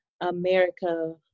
America